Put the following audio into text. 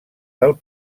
del